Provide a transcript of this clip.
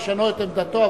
לשנות את עמדתו,